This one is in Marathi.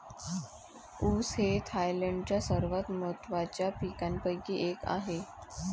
ऊस हे थायलंडच्या सर्वात महत्त्वाच्या पिकांपैकी एक आहे